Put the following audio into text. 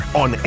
on